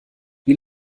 wie